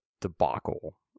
debacle